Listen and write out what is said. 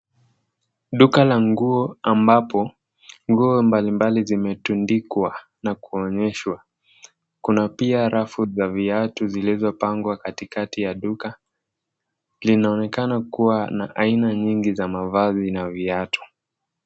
Duka la nguo ambapo nguo mbalimbali zimetundikwa na kuonyeshwa. Kuna pia rafu za viatu zilizopangwa katikati ya duka. Linaonekana kuwa na aina nyingi za mavazi na viatu.